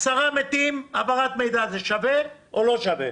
עשרה מתים העברת מידע זה שווה או לא שווה?